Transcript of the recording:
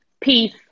Peace